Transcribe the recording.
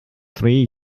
three